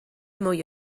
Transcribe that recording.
mwy